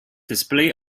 display